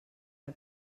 per